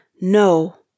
No